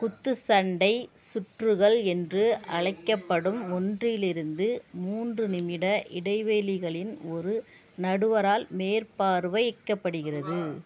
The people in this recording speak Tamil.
குத்துச்சண்டை சுற்றுகள் என்று அழைக்கப்படும் ஒன்றிலிருந்து மூன்று நிமிட இடைவெளிகளின் ஒரு நடுவரால் மேற்பார்வை இக்கப்படுகிறது